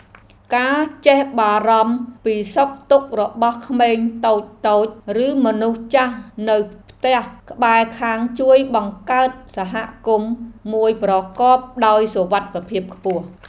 ការចេះបារម្ភពីសុខទុក្ខរបស់ក្មេងតូចៗឬមនុស្សចាស់នៅផ្ទះក្បែរខាងជួយបង្កើតសហគមន៍មួយប្រកបដោយសុវត្ថិភាពខ្ពស់។